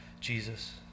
Jesus